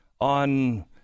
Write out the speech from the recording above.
on